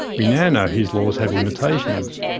we now know his laws have limitations.